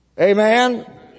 Amen